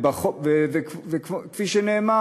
וכפי שנאמר,